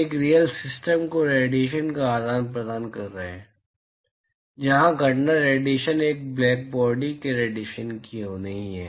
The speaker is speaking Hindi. एक रीयल सिस्टम को रेडिएशन का आदान प्रदान कर रहे हैं जहां घटना रेडिएशन एक ब्लैकबॉडी के रेडिएशन की नहीं है